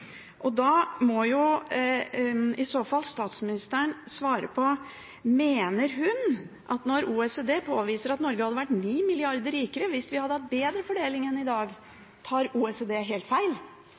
Og da må, i så fall, statsministeren svare på: Mener hun at når OECD påviser at Norge hadde vært 9 mrd. kr rikere hvis vi hadde hatt bedre fordeling enn i dag